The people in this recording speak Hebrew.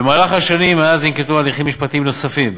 במהלך השנים מאז ננקטו הליכים משפטיים נוספים,